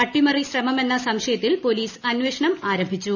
അട്ടിമറി ശ്രമമന്ന സംശയത്തിൽ പോലീസ് അന്വേഷണം ആരംഭിച്ചു